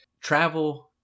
travel